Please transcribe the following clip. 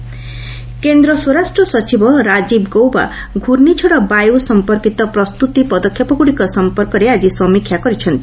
home minister ବାୟୁ କେନ୍ଦ୍ର ସ୍ୱରାଷ୍ଟ୍ର ସଚିବ ରାଜୀବ ଗୌବା ଘ୍ରର୍ଷିଝଡ଼ ବାୟୁ ସମ୍ପର୍କୀତ ପ୍ରସ୍ତୁତି ପଦକ୍ଷେପଗୁଡ଼ିକ ସମ୍ପର୍କରେ ଆଜି ସମୀକ୍ଷା କରିଛନ୍ତି